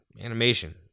Animation